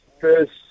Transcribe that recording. first